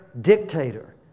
dictator